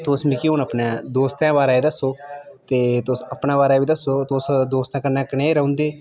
तुस मिगी हून अपने दोस्तै बारै दस्सो तुस अपने बारै बी दस्सो तुस दोस्तें कन्नै कि'यां रौंह्दे